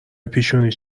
پیشونیش